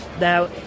Now